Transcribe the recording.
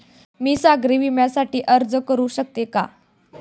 मी सागरी विम्यासाठी अर्ज करू शकते का?